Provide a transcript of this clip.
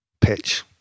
pitch